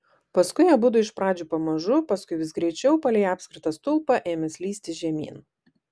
paskui abudu iš pradžių pamažu paskui vis greičiau palei apskritą stulpą ėmė slysti žemyn